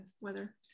weather